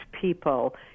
people